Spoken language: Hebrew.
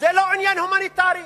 זה לא עניין הומניטרי.